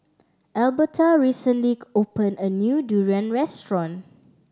Alberta recently opened a new durian restaurant